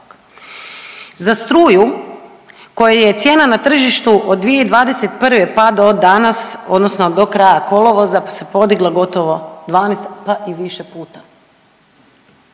za struju kojoj je cijena na tržištu od 2021., pa do danas odnosno do kraja kolovoza se podigla gotovo 12, pa i više puta.